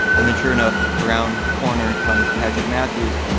and then sure enough, around the corner comes patrick matthews.